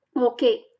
okay